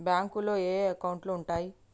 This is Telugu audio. బ్యాంకులో ఏయే అకౌంట్లు ఉంటయ్?